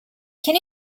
can